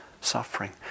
suffering